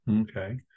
Okay